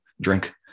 drink